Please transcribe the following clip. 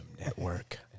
network